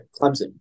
Clemson